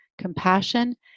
compassion